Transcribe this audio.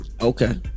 Okay